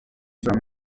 from